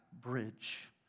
bridge